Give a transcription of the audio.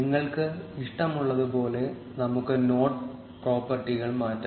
നിങ്ങൾക്ക് ഇഷ്ടമുള്ളതുപോലെ നമുക്ക് നോഡ് പ്രോപ്പർട്ടികൾ മാറ്റാം